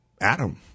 Adam